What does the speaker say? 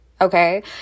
okay